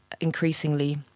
increasingly